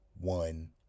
One